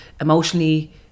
emotionally